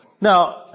Now